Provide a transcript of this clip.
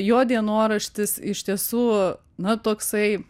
jo dienoraštis iš tiesų na toksai